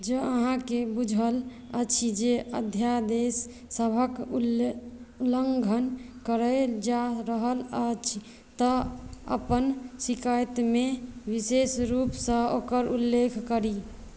जँ अहाँकेँ बूझल अछि जे अध्यादेश सभक उल्ले उल्लंघन कयल जा रहल अछि तऽ अपन शिकायतमे विशेष रूपसँ ओकर उल्लेख करी